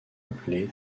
appelés